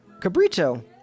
Cabrito